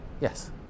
Yes